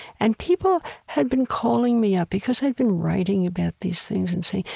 and people had been calling me up because i'd been writing about these things and saying,